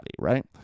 right